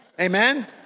Amen